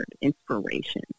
inspiration